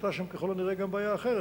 היתה שם ככל הנראה גם בעיה אחרת,